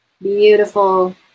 beautiful